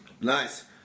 Nice